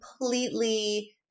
completely